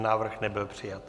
Návrh nebyl přijat.